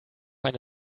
eine